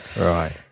Right